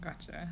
that's right